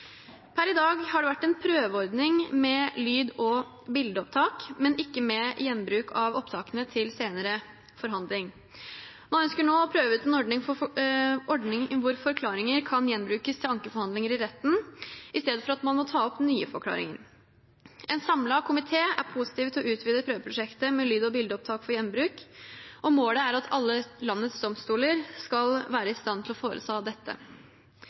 Per i dag har det vært en prøveordning med lyd- og bildeopptak, men ikke med gjenbruk av opptakene til senere forhandlinger. Man ønsker nå å prøve ut en ordning hvor forklaringer kan gjenbrukes til ankeforhandlinger i retten, i stedet for at man må ta opp nye forklaringer. En samlet komité er positiv til å utvide prøveprosjektet med lyd- og bildeopptak for gjenbruk, og målet er at alle landets domstoler skal være i stand til å foreta dette.